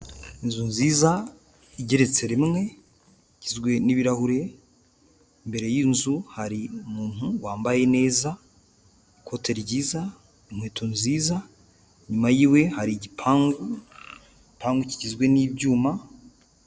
Inzu nziza igeretse rimwe, igizwe n'ibirahuri, imbere y'inzu hari umuntu wambaye neza, ikote ryiza, inkweto nziza, inyuma yiwe hari igipangu, igipangu kigizwe n'ibyuma.